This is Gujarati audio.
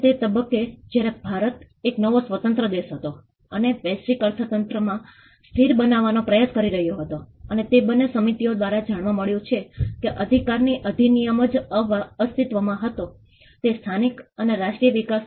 તે એક તબક્કો હતો અને તે કે અમે સૌ પ્રથમ હિસ્સેદારને ઓળખી કાઢ્યો અને અમે બેઝ મેપ વિકસિત કર્યો અને બીજા તબક્કે અમે જોખમ મેપિંગ અને કાર્યની પ્રાધાન્યતા વિકસાવી